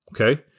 okay